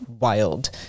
wild